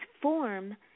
form